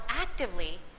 actively